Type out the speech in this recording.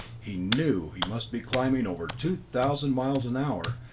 he knew he must be climbing over two thousand miles an hour,